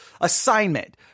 assignment